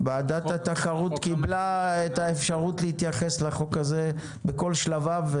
רשות התחרות קיבלה את האפשרות להתייחס לחוק הזה בכל שלביו,